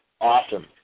awesome